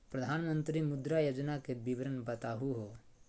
प्रधानमंत्री मुद्रा योजना के विवरण बताहु हो?